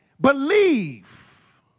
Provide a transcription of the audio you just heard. believe